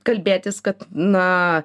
kalbėtis kad na